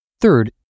Third